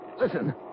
Listen